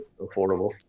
affordable